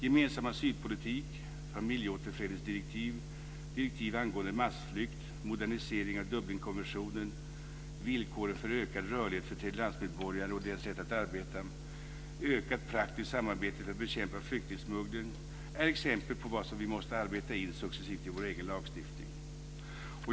Gemensam asylpolitik, familjeåterföreningsdirektiv, direktiv angående massflykt, modernisering av Dublinkonventionen, villkor för ökad rörlighet för tredjelandsmedborgare och deras rätt att arbeta och ökat praktiskt samarbete för att bekämpa flyktingsmuggling är exempel på sådant som vi successivt måste arbeta in i vår egen lagstiftning.